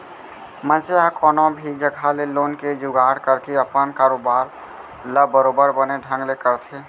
मनसे ह कोनो भी जघा ले लोन के जुगाड़ करके अपन कारोबार ल बरोबर बने ढंग ले करथे